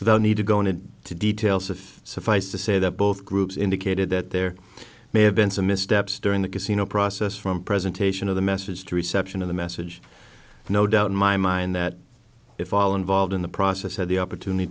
the need to go into details if suffice to say that both groups indicated that there may have been some missteps during the casino process from presentation of the message to reception of the message no doubt in my mind that if all involved in the process had the opportunity